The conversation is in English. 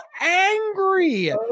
angry